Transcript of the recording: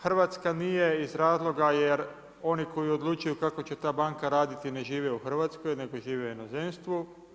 Hrvatska nije iz razloga jer oni koji odlučuju kako će ta banka raditi ne žive u Hrvatskoj nego žive u inozemstvu.